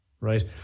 right